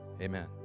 amen